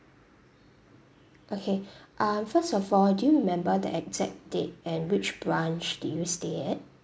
okay um first of all do you remember the exact date and which branch did you stay at